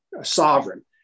sovereign